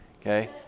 Okay